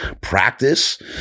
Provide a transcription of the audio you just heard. practice